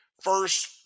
first